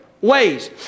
ways